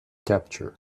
capture